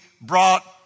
brought